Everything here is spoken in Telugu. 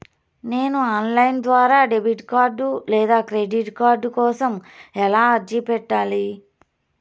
నేను ఆన్ లైను ద్వారా డెబిట్ కార్డు లేదా క్రెడిట్ కార్డు కోసం ఎలా అర్జీ పెట్టాలి?